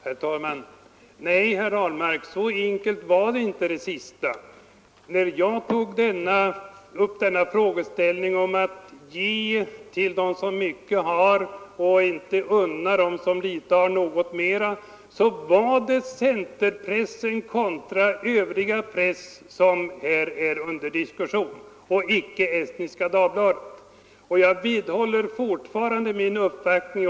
Herr talman! Nej, herr Ahlmark, så enkelt var det inte. När jag talar om att ge till dem som mycket har och inte unnar dem som litet har något mera, så var det frågan om centerpressen kontra den övriga pressen jag förde upp till diskussion och icke Estniska Dagbladet. Jag vidhåller fortfarande min uppfattning.